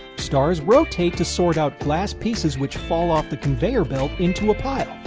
stars rotate to sort out glass pieces which fall off the conveyor belt into a pile.